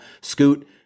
Scoot